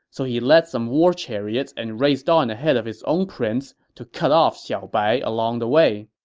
so he led some war chariots and raced on ahead of his own prince to cut off xiaobai along the way.